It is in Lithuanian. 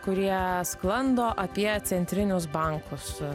kurie sklando apie centrinius bankus